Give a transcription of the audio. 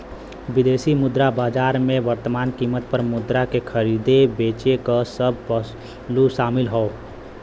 विदेशी मुद्रा बाजार में वर्तमान कीमत पर मुद्रा के खरीदे बेचे क सब पहलू शामिल हौ